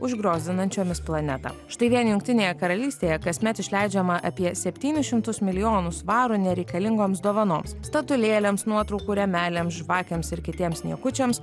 užgriozdinančiomis planetą štai vien jungtinėje karalystėje kasmet išleidžiama apie septynis šimtus milijonų svarų nereikalingoms dovanoms statulėlėms nuotraukų rėmeliams žvakėms ir kitiems niekučiams